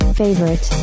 favorite